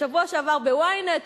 בשבוע שעבר ב-Ynet,